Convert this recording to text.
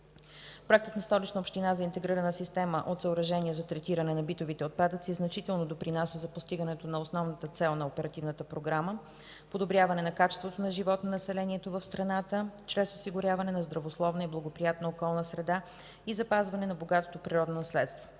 Проектът на Столична община за Интегрирана система от съоръжения за третиране на битовите отпадъци значително допринася за постигането на основната цел на Оперативната програма – подобряване качеството на живот на населението в страната чрез осигуряване на здравословна и благоприятна околна среда и запазване на богатото природно наследство.